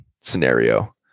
scenario